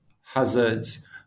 hazards